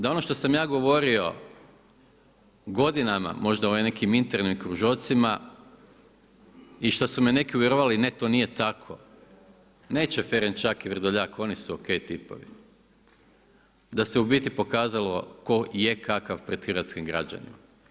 Da ono što sam ja govorio godinama, možda u ovim nekim internim kružocima, i šta su me neki uvjeravali ne to nije tako, neće Ferenčak i Vrdoljak, oni su ok tipovi, da se u biti pokazalo tko je kakav pred hrvatskim građanima.